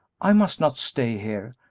i must not stay here.